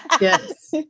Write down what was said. Yes